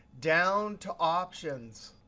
down to options,